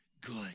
good